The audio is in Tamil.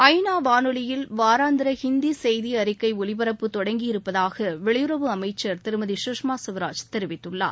ஐ நா வானொலியில் வாராந்திர ஹிந்தி செய்தி அறிக்கை ஒலிபரப்பு தொடங்கியிருப்பதாக வெளியுறவு அமைச்சர் திருமதி சுஷ்மா ஸ்வராஜ் தெரிவித்துள்ளார்